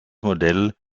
modell